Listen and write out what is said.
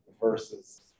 versus